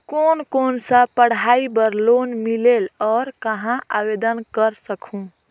कोन कोन सा पढ़ाई बर लोन मिलेल और कहाँ आवेदन कर सकहुं?